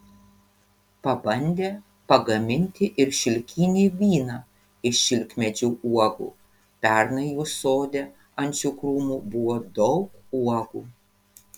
pabandė pagaminti ir šilkinį vyną iš šilkmedžių uogų pernai jų sode ant šių krūmų buvo daug uogų